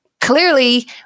clearly